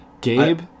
Gabe